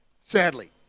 sadly